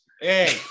Hey